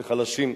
לחלשים,